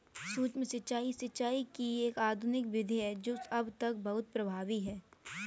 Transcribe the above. सूक्ष्म सिंचाई, सिंचाई की एक आधुनिक विधि है जो अब तक बहुत प्रभावी है